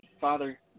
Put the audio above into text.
Father